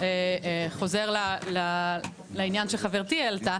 חוזר לעניין שחברתי העלתה,